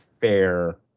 fair